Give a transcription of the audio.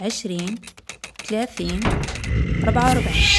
عشرين، تلاثين، ربعة و ربعين.